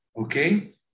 Okay